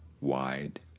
wide